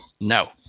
No